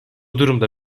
durumda